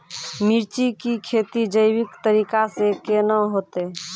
मिर्ची की खेती जैविक तरीका से के ना होते?